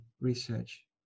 research